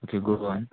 okay good one